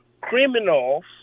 criminals